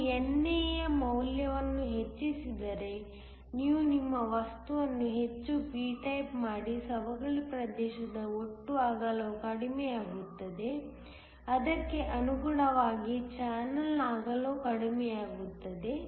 ನೀವು NA ಯ ಮೌಲ್ಯವನ್ನು ಹೆಚ್ಚಿಸಿದರೆ ನೀವು ನಿಮ್ಮ ವಸ್ತುವನ್ನು ಹೆಚ್ಚು p ಟೈಪ್ ಮಾಡಿ ಸವಕಳಿ ಪ್ರದೇಶದ ಒಟ್ಟು ಅಗಲವು ಕಡಿಮೆಯಾಗುತ್ತದೆ ಅದಕ್ಕೆ ಅನುಗುಣವಾಗಿ ಚಾನಲ್ನ ಅಗಲವೂ ಕಡಿಮೆಯಾಗುತ್ತದೆ